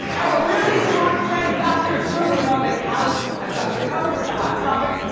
our really smart friend, dr. drew, is on the couch. i've got you covered with the hot topics.